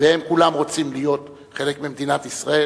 והם כולם רוצים להיות חלק ממדינת ישראל,